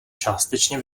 částečně